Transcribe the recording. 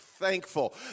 thankful